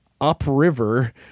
upriver